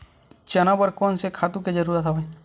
चना बर कोन से खातु के जरूरत हवय?